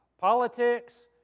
politics